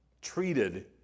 treated